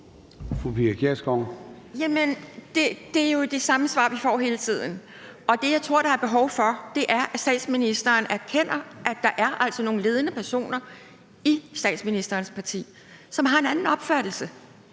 Det er jo det samme svar, vi får hele tiden, og det, jeg tror der er behov for, er, at statsministeren erkender, at der altså er nogle ledende personer i statsministerens parti, som har en anden opfattelse.